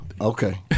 Okay